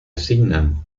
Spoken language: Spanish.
asignan